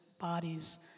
bodies